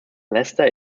leicester